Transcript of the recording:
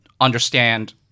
understand